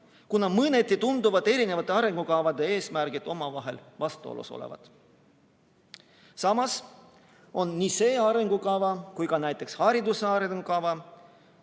kuna mõneti tunduvad eri arengukavade eesmärgid omavahel vastuolus olevat. Samas on nii see arengukava kui ka näiteks hariduse arengukava